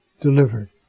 delivered